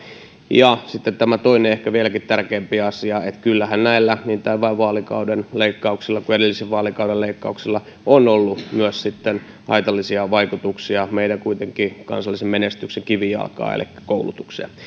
ja sitten toinen ehkä vieläkin tärkeämpi asia että kyllähän niin tämän vaalikauden leikkauksilla kuin edellisen vaalikauden leikkauksilla on myös ollut haitallisia vaikutuksia meidän kansallisen menestyksemme kivijalkaan elikkä koulutukseen